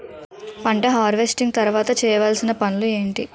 పంట హార్వెస్టింగ్ తర్వాత చేయవలసిన పనులు ఏంటి?